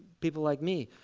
people like me,